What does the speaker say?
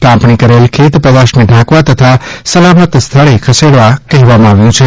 કાપણી કરેલ ખેત પેદાશને ઢાંકવા તથા સલામત સ્થળે ખસેડવા કહેવાયું છે